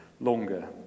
longer